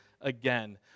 again